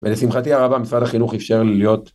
ולשמחתי הרבה, משרד החינוך אפשר לי להיות